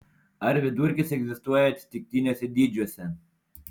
ar vidurkis egzistuoja atsitiktiniuose dydžiuose